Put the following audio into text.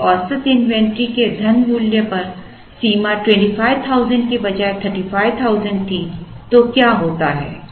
यदि औसत इन्वेंट्री के धन मूल्य पर सीमा 25000 के बजाय 35000 थी तो क्या होता है